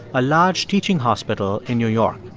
a large teaching hospital in new york.